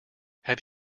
have